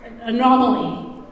anomaly